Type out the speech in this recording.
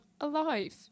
alive